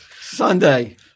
Sunday